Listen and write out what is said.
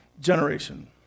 generation